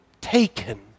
taken